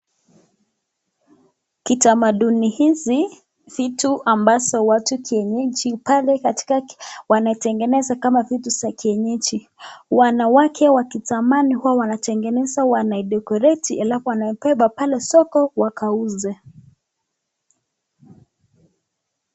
Kitamaduni hizi vitu ambazo watu kienyeji pale katika wanategeneza kama vitu za kienyeji. Wanawake wakitamani huwa wanategeneza wana decorate alafu wanabeba pale soko wakauze.